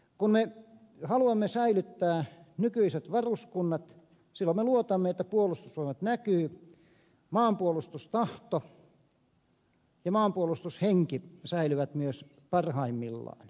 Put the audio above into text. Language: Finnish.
kun me haluamme säilyttää nykyiset varuskunnat silloin me luotamme että puolustusvoimat näkyy maanpuolustustahto ja maanpuolustushenki säilyvät myös parhaimmillaan